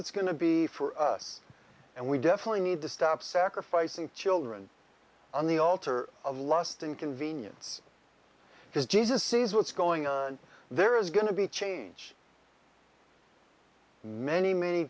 it's going to be for us and we definitely need to stop sacrificing children on the altar last inconvenience is jesus is what's going on there is going to be change many many